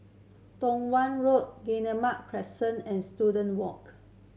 Tong Watt Road Guillemard Crescent and Student Walk